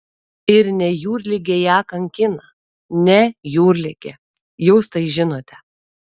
ir ne jūrligė ją kankina ne jūrligė jūs tai žinote